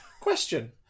Question